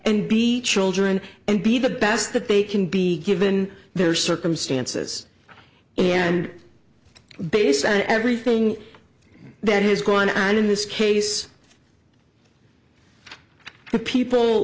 and be children and be the best that they can be given their circumstances and based on everything that has gone on in this case the people